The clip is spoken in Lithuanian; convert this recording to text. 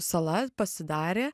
sala pasidarė